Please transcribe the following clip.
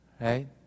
Right